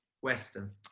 Western